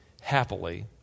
happily